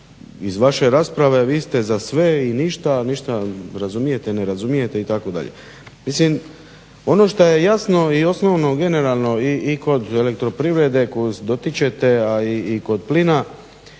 Iz vaše rasprave vi ste za sve i ništa, ništa ne razumijete, razumijete itd. Mislim ono što je jasno i osnovno generalno i kod elektroprivrede koje se dotičete a i kod plina